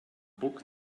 book